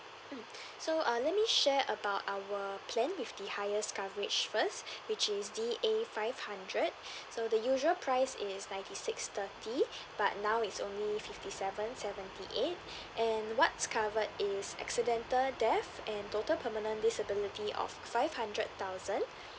mm so err let me share about our plan with the highest coverage first which is D A five hundred so the usual price is ninety six thirty but now it's only fifty seven seventy eight and what's covered is accidental death and total permanent disability of five hundred thousand